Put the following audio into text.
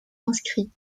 inscrit